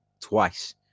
twice